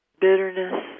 bitterness